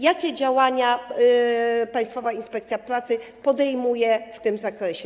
Jakie działania Państwowa Inspekcja Pracy podejmuje w tym zakresie?